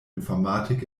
informatik